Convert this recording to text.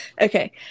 okay